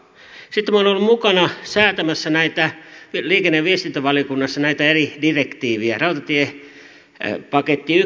sitten minä olen ollut mukana säätämässä liikenne ja viestintävaliokunnassa näitä eri direktiivejä rautatiepaketti ykköstä